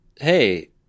Hey